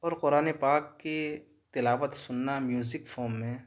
اور قرآن پاک کی تلاوت سننا میوزک فوم میں